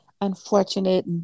unfortunate